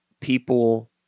people